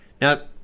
Now